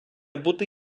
бути